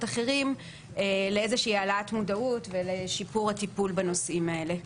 אחרים להעלאת מודעות ולשיפור הטיפול בנושאים האלה.